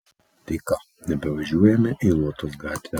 tai ką nebevažiuojame į lotos gatvę